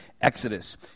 Exodus